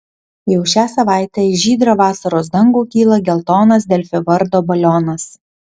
jau šią savaitę į žydrą vasaros dangų kyla geltonas delfi vardo balionas